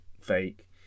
fake